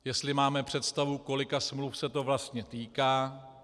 Jestli máme představu, kolika smluv se to vlastně týká.